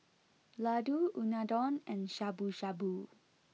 Ladoo Unadon and Shabu Shabu